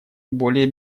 более